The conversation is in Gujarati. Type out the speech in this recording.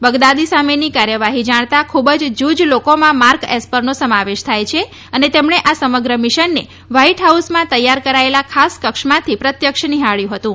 બગદાદી સામેની કાર્યવાહી જાણતા ખુબ જ જુજ લોકોમાં માર્ક એસ્પરનો સમાવેશ થાય છે અને તેમણે આ સમગ્ર મિશનને વ્હાઈટ હાઉસમાં તૈયાર કરાયેલા ખાસ કક્ષમાંથી પ્રત્યક્ષ નિહાબ્યું હતું